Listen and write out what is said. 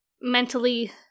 mentally